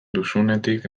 duzunetik